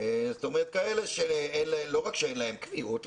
זאת אומרת כאלה שלא רק שאין להם קביעות,